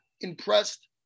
impressed